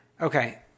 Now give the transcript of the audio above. Okay